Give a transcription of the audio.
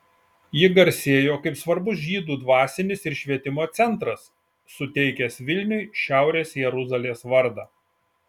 ji garsėjo kaip svarbus žydų dvasinis ir švietimo centras suteikęs vilniui šiaurės jeruzalės vardą